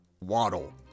Waddle